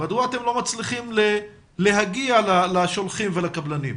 מדוע אתם לא מצליחים להגיע לשולחים ולקבלנים?